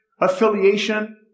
affiliation